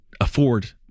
afford